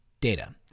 Data